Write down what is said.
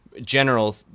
general